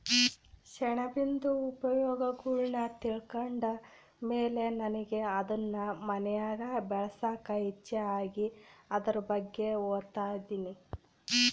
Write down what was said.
ಸೆಣಬಿಂದು ಉಪಯೋಗಗುಳ್ನ ತಿಳ್ಕಂಡ್ ಮೇಲೆ ನನಿಗೆ ಅದುನ್ ಮನ್ಯಾಗ್ ಬೆಳ್ಸಾಕ ಇಚ್ಚೆ ಆಗಿ ಅದುರ್ ಬಗ್ಗೆ ಓದ್ತದಿನಿ